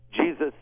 Jesus